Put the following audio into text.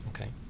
Okay